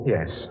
Yes